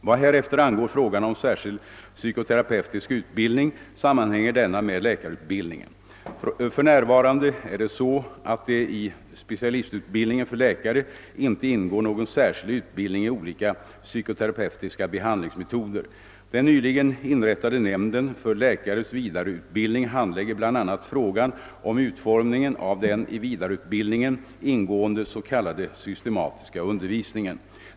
Vad härefter angår frågan om särskild psykoterapeutisk utbildning sammanhänger denna med läkarutbildningen. För närvarande är det så att det i specialistutbildningen för läkare inte ingår någon särskild utbildning i olika psykoterapeutiska behandlingsmetoder. Den. nyligen inrättade nämnden för läkares vidareutbildning handlägger bl.a. frågan om utformningen av den i vidareutbildningen ingående: s.k. systematiska undervisningen.